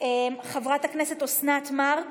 חברת הכנסת אוסנת מארק,